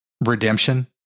redemption